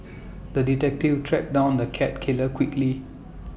the detective tracked down the cat killer quickly